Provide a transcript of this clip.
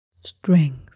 strength